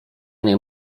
nie